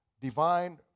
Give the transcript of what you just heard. divine